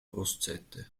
brustseite